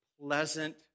pleasant